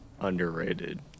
Underrated